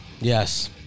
yes